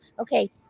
Okay